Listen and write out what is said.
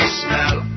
smell